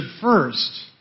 first